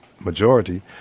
majority